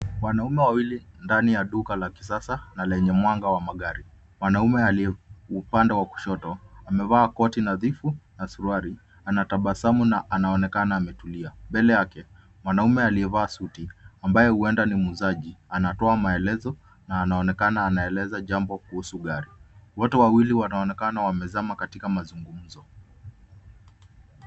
Wanaume wawili ndani ya duka la kisasa, na lenye mwanga wa magari. Mwanaume aliye upande wa kushoto, amevaa koti nadhifu na suruali. Anatabasamu na anaonekana ametulia. Mbele yake, mwanaume aliyevaa suti, ambaye huenda ni muuzaji, anatoa maelezo na anaonekana anaeleza jambo kuhusu gari. Wote wawili wanaonekana wamezama katika mazungumzo.